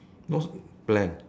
no s~ blank